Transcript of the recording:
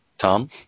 Tom